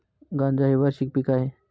गांजा हे वार्षिक पीक आहे